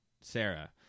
Sarah